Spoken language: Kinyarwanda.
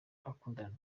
bakundanye